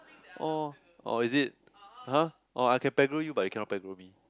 oh oh is it !huh! orh I can pegro you but you cannot pegro me